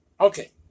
Okay